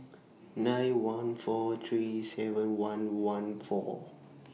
nine one four three seven one one four